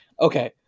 Okay